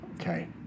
Okay